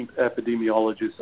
epidemiologists